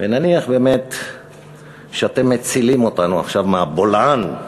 ונניח באמת שאתם מצילים אותנו עכשיו מהבולען,